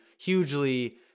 hugely